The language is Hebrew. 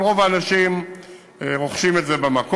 אבל רוב האנשים רוכשים את זה במקום.